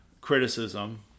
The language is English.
criticism